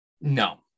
no